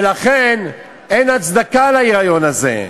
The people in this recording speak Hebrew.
ולכן, אין הצדקה להיריון הזה.